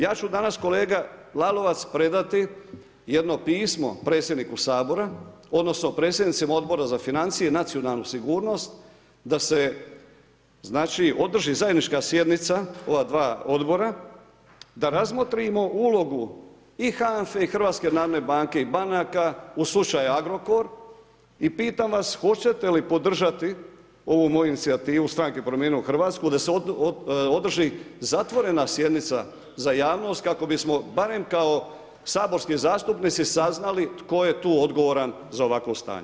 Ja ću danas, kolega Lalovac predati jedno pismo predsjedniku Sabora, odnosno predsjednicima Odbora za financije i nacionalnu sigurnost, da se znači, održi zajednička sjednica ova dva odbora, da razmotrimo ulogu i HANFA-e i HNB-a i banaka u slučaju Agrokor i pitam vas hoćete li podržati ovu moju inicijativu stranke Promijenim Hrvatsku da se održi zatvorena sjednica za javnost kako bismo barem kao saborski zastupnici saznali tko je tu odgovoran za ovakvo stanje.